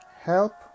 Help